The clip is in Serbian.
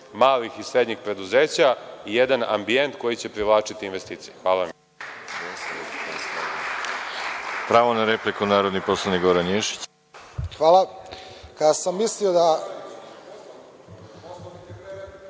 malih i srednjih preduzeća, jedan ambijent koji će privlačiti investicije. Hvala.